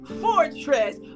fortress